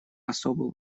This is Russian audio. особую